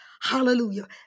Hallelujah